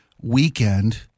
weekend